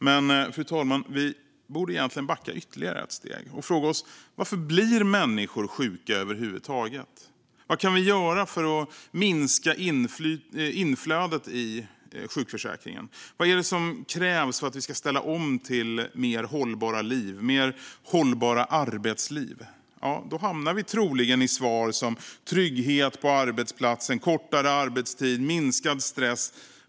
Men, fru talman, vi borde egentligen backa ytterligare ett steg och fråga oss: Varför blir människor sjuka över huvud taget? Vad kan vi göra för att minska inflödet i sjukförsäkringen? Vad är det som krävs för att vi ska ställa om till mer hållbara liv och arbetsliv? Vi hamnar troligen i svar som trygghet på arbetsplatsen, kortare arbetstid och minskad stress.